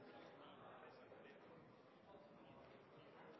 senere år har